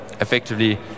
effectively